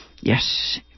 Yes